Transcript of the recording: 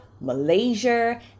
Malaysia